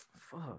fuck